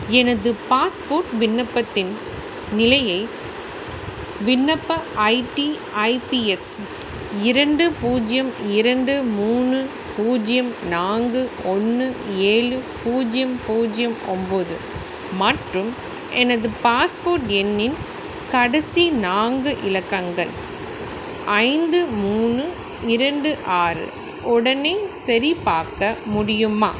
எனது பாஸ்போர்ட் விண்ணப்பத்தின் நிலையை விண்ணப்ப ஐடி ஐ பி எஸ் இரண்டு பூஜ்ஜியம் இரண்டு மூணு பூஜ்ஜியம் நான்கு ஒன்று ஏழு பூஜ்ஜியம் பூஜ்ஜியம் ஒம்போது மற்றும் எனது பாஸ்போர்ட் எண்ணின் கடைசி நான்கு இலக்கங்கள் ஐந்து மூணு இரண்டு ஆறு உடனே சரிபார்க்க முடியுமா